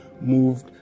moved